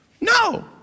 No